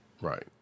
Right